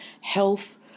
health